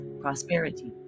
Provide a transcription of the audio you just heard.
prosperity